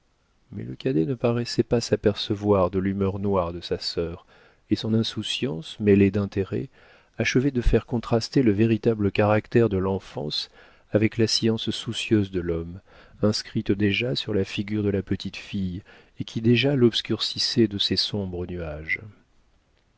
mais le cadet ne paraissait pas s'apercevoir de l'humeur noire de sa sœur et son insouciance mêlée d'intérêt achevait de faire contraster le véritable caractère de l'enfance avec la science soucieuse de l'homme inscrite déjà sur la figure de la petite fille et qui déjà l'obscurcissait de ses sombres nuages